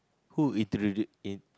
who introduce in~